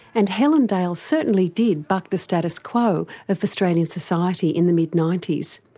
and helen dale certainly did buck the status quo of australian society in the mid ninety s.